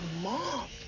mom